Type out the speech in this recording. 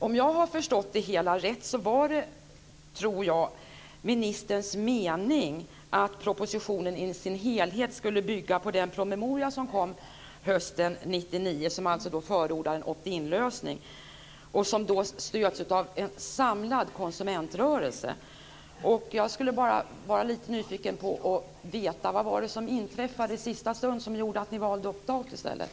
Om jag har förstått det hela rätt så tror jag att det var ministerns mening att propositionen i dess helhet skulle bygga på den promemoria som kom hösten 1999, där man förordar en opt-in-lösning och som stöds av en samlad konsumentrörelse. Jag är lite nyfiken och skulle vilja veta vad det var som inträffade i sista stund och som gjorde att ni valde en opt-out-lösning i stället.